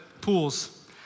pools